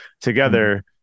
together